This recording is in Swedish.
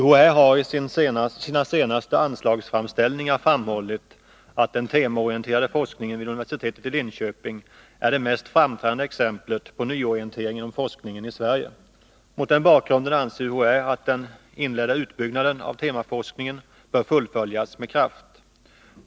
Herr talman! UHÄ har i sina senaste anslagsframställningar framhållit att den temaorienterade forskningen vid universitetet i Linköping är det mest framträdande exemplet på nyorientering inom forskningen i Sverige. Mot den bakgrunden anser UHÄ att den inledda utbyggnaden av temaforskningen bör fullföljas med kraft.